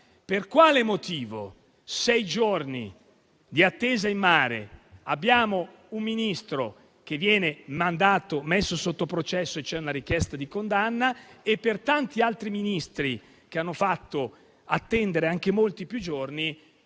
per quale motivo, per sei giorni di attesa in mare un Ministro venga messo sotto processo e ci sia una richiesta di condanna, mentre per tanti altri Ministri, che hanno fatto attendere anche molti più giorni,